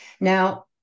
Now